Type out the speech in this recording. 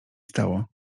stało